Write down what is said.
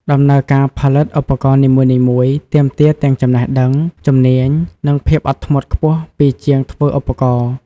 ដំណើរការផលិតឧបករណ៍នីមួយៗ ទាមទារទាំងចំណេះដឹង ជំនាញ និងភាពអត់ធ្មត់ខ្ពស់ពីជាងធ្វើឧបករណ៍។